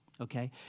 okay